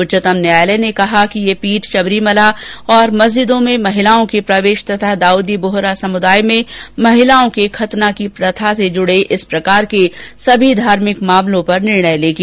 उच्चतम न्यायालय ने कहा कि यह पीठ शबरीमला और मस्जिदों में महिलाओं के प्रवेश तथा दाऊदी बोहरा समुदाय में महिलाओं के खतना की प्रथा से जुड़े इस प्रकार के सभी धार्मिक मामलों पर निर्णय लेगी